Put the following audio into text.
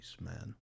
man